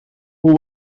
who